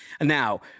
Now